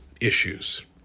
issues